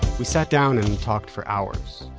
we sat down and and talked for hours.